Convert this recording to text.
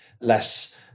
less